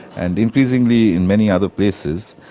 and increasingly in many other places,